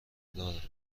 داره